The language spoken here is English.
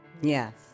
Yes